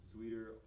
Sweeter